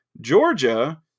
Georgia